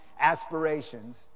Aspirations